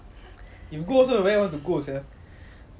if go also where you want to go sia